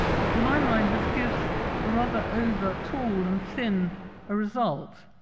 but to my mind, this gives a rather overtall and thin a result.